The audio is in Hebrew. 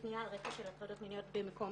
השנים האחרונות בפנייה על רקע של הטרדות מיניות במקום